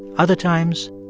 other times,